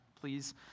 please